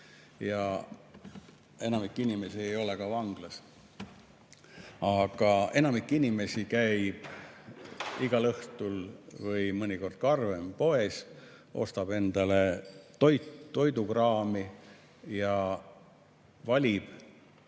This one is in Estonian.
ja enamik inimesi ei ole ka vanglas. Aga enamik inimesi käib igal õhtul või mõnikord ka harvem poes, ostab endale toidukraami ja valib